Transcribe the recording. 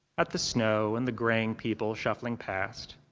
at the snow and the graying people shuffling past.